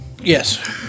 Yes